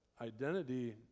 identity